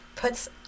puts